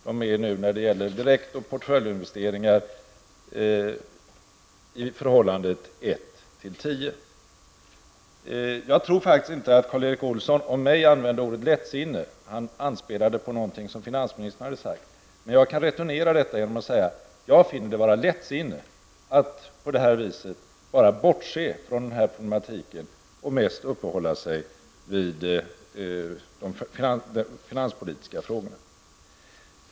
Dessa står nu när det gäller direkt och följdinvesteringar i förhållande Jag tror faktiskt inte att Karl Erik Olsson om mig använde ordet ''lättsinne''. Han anspelade på någonting som finansministern hade sagt. Men jag kan returnera detta genom att säga att jag finner det vara lättsinne att på det här sättet bara bortse från problematiken och mest uppehålla sig vid de finanspolitiska frågorna.